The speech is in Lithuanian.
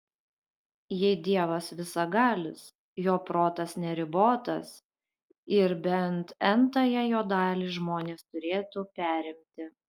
jei dievas visagalis jo protas neribotas ir bent n tąją jo dalį žmonės turėtų perimti